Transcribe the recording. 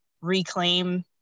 reclaim